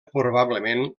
probablement